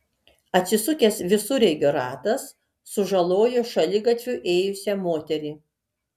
atsisukęs visureigio ratas sužalojo šaligatviu ėjusią moterį